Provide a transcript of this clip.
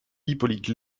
hippolyte